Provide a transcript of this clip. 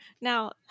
Now